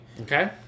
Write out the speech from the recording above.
Okay